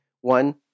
one